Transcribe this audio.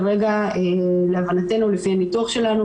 כרגע להבנתנו לפי הניתוח שלנו,